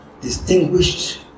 distinguished